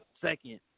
Second